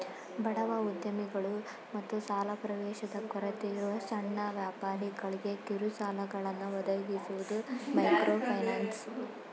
ಬಡವ ಉದ್ಯಮಿಗಳು ಮತ್ತು ಸಾಲ ಪ್ರವೇಶದ ಕೊರತೆಯಿರುವ ಸಣ್ಣ ವ್ಯಾಪಾರಿಗಳ್ಗೆ ಕಿರುಸಾಲಗಳನ್ನ ಒದಗಿಸುವುದು ಮೈಕ್ರೋಫೈನಾನ್ಸ್